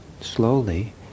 slowly